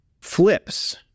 flips